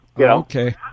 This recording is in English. Okay